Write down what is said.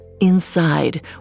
Inside